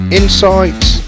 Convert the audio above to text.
insights